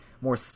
more